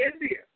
India